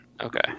okay